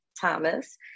Thomas